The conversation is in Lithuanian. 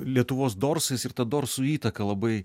lietuvos dorsais ir ta dorsų įtaka labai